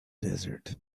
desert